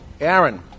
Aaron